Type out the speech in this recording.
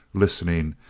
listening,